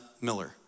Miller